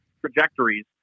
trajectories